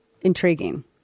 intriguing